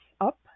up